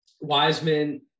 Wiseman